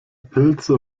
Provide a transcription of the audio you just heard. pilze